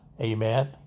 amen